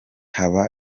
haba